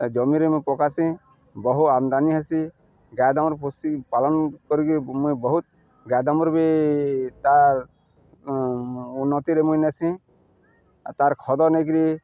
ଜମିରେ ମୁଇଁ ପକାସି ବହୁ ଆମଦାନି ହେସି ଗାାଏ ଦାମୁର୍ ପୋସି ପାଳନ୍ କରିକି ମୁଇଁ ବହୁତ୍ ଗାଏ ଦାମୁର୍ ବି ତାର୍ ଉନ୍ନତିରେ ମୁଇଁ ନେସି ଆଉ ତାର୍ ଖତ ନେଇକିରି